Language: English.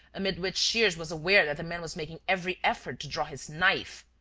amid which shears was aware that the man was making every effort to draw his knife.